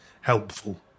helpful